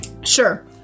Sure